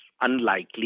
unlikely